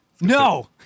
No